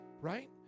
right